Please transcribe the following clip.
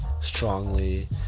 strongly